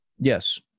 yes